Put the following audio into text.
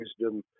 wisdom